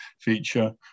feature